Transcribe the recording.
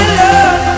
love